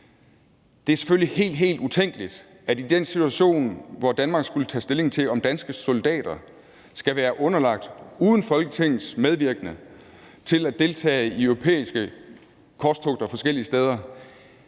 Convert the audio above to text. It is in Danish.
Det er selvfølgelig helt, helt utænkeligt, at i den situation, hvor Danmark skulle tage stilling til, om danske soldater skal være underlagt noget – uden Folketingets medvirken – og deltage i europæiske korstog eller togter forskellige steder,